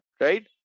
Right